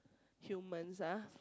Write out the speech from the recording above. humans ah